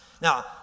Now